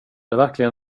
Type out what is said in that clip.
verkligen